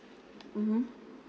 mmhmm